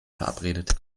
verabredet